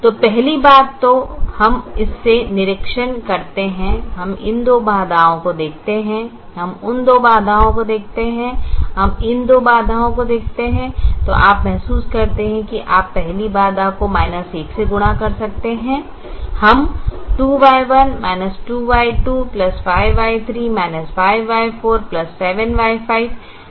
तो पहली बात जो हम इससे निरीक्षण करते हैं हम इन दो बाधाओं को देखते हैं हम इन दो बाधाओं को देखते हैं इन दो बाधाओं को देखते हैं तो आप महसूस करते हैं कि आप पहली बाधा को 1 से गुणा कर सकते हैं हम 2Y1 2Y25Y3 5Y47Y5 ≤ 5 प्राप्त करेंगे